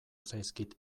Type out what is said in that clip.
zaizkit